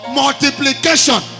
multiplication